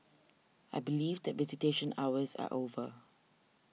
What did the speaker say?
I believe the visitation hours are over